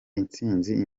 intsinzi